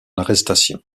arrestation